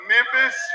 Memphis